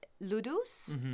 ludus